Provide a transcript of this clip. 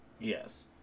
Yes